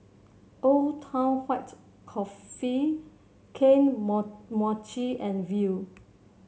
Old Town White Coffee Kane Mochi and Viu